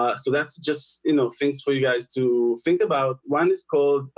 ah so that's just you know things for you guys to think about one is called.